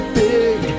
big